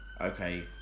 okay